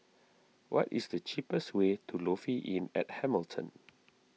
what is the cheapest way to Lofi Inn at Hamilton